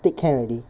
tick can already